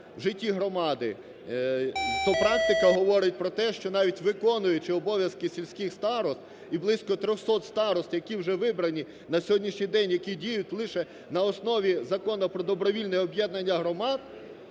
в житті громади, то практика говорить про те, що навіть виконуючі обов'язки сільських старост, і близько 300 старост, які вже вибрані на сьогоднішній день, які діють лише на основі Закону про добровільне об'єднання громад,